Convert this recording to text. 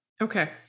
Okay